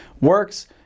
works